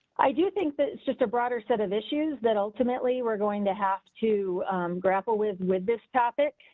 i do think that it's just a broader set of issues that ultimately we're going to have to grapple with with this topic.